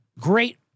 great